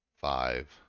five